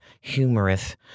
humorous